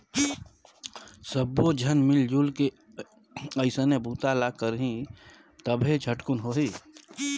सब्बो झन मिलजुल के ओइसने बूता ल करही तभे झटकुन होही